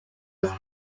was